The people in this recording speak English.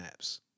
apps